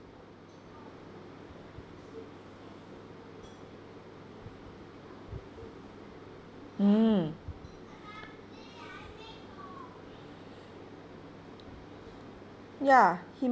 mm ya he